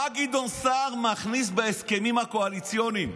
מה גדעון סער מכניס להסכמים הקואליציוניים?